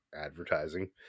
advertising